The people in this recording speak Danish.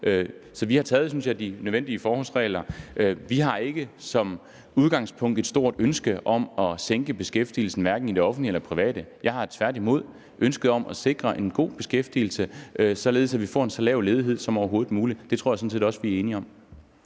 vi har taget de nødvendige forholdsregler. Vi har som udgangspunkt ikke et stort ønske om at sænke beskæftigelsen, hverken i det offentlige eller i det private. Jeg har tværtimod et ønske om at sikre en god beskæftigelse, således at vi får en så lav ledighed som overhovedet muligt. Det tror jeg sådan set også vi er enige om.